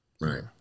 Right